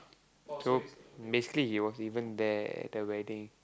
so basically he was even there at the wedding